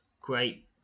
great